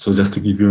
so just to give you